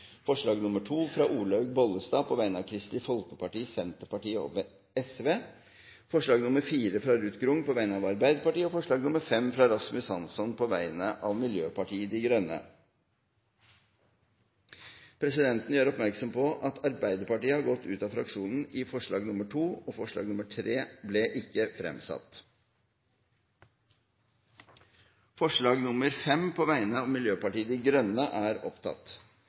forslag nr. 2, fra Olaug V. Bollestad på vegne av Kristelig Folkeparti, Senterpartiet og Sosialistisk Venstreparti forslag nr. 4, fra Ruth Grung på vegne av Arbeiderpartiet forslag nr. 5, fra Rasmus Hansson på vegne av Miljøpartiet De Grønne Presidenten gjør oppmerksom på at Arbeiderpartiet har gått ut av fraksjonen i forslag nr. 2, og at forslag nr. 3 ikke ble fremsatt. Det voteres først over forslag nr. 5, fra Miljøpartiet De Grønne.